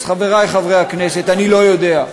אז, חברי חברי הכנסת, אני לא יודע,